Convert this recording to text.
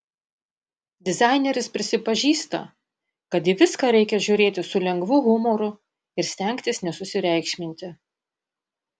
dizaineris prisipažįsta kad į viską reikia žiūrėti su lengvu humoru ir stengtis nesusireikšminti